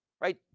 right